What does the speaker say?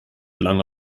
lange